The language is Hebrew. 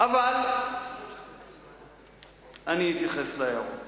אבל אתייחס להערות.